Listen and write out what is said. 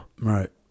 Right